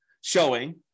showing